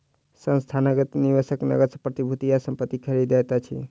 संस्थागत निवेशक नकद सॅ प्रतिभूति आ संपत्ति खरीदैत अछि